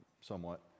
somewhat